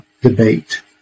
debate